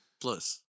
Plus